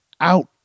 Out